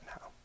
now